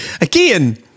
Again